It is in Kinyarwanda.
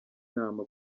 nama